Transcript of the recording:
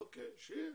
אוקיי, שיהיה.